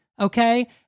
okay